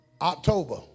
October